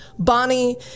bonnie